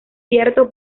cierto